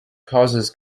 causes